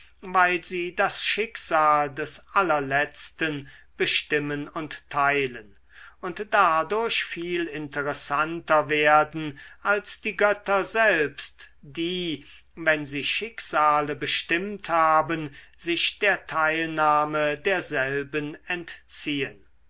weil sie das schicksal des allerletzten bestimmen und teilen und dadurch viel interessanter werden als die götter selbst die wenn sie schicksale bestimmt haben sich der teilnahme derselben entziehen